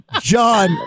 John